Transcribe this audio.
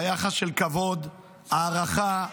השר, בכובעך גם כיו"ר מפלגה בקואליציה.